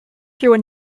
through